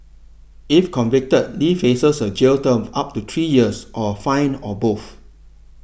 if convicted Lee faces a jail term of up to three years or fine or both